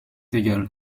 égal